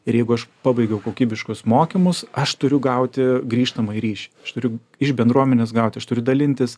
ir jeigu aš pabaigiau kokybiškus mokymus aš turiu gauti grįžtamąjį ryšį aš turiu iš bendruomenės gauti aš turiu dalintis